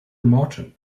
martin